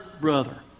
brother